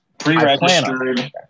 pre-registered